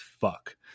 fuck